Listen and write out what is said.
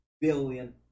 billion